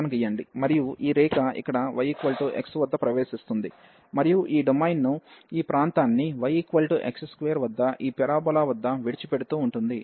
మరియు ఈ రేఖ ఇక్కడ yx వద్ద ప్రవేశిస్తుంది మరియు ఈ డొమైన్ను ఈ ప్రాంతాన్ని yx2 వద్ద ఈ పారాబొలా వద్ద విడిచిపెడుతూ ఉంటుంది